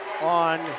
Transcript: on